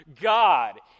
God